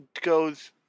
goes